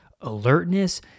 alertness